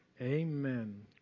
Amen